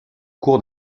cours